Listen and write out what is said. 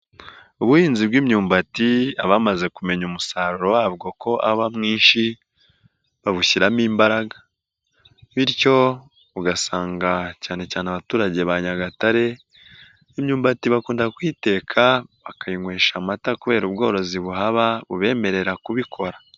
Ubuhinzi bw'imyumbati abamaze kumenya umusaruro wabwo ko aba mwinshi, babushyiramo imbaraga, bityo ugasanga cyane cyane abaturage ba Nyagatare imyumbati bakunda kuyiteka bakayinywesha amata, kubera ubworozi buhaba bubemerera kubikora.